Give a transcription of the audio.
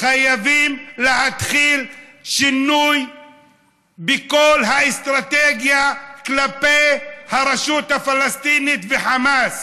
חייבים להתחיל שינוי בכל האסטרטגיה כלפי הרשות הפלסטינית וחמאס.